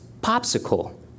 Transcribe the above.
popsicle